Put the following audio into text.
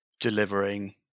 delivering